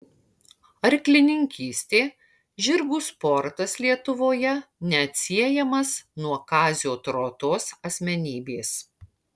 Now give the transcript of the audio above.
arklininkystė žirgų sportas lietuvoje neatsiejamas nuo kazio trotos asmenybės